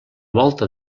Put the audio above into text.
volta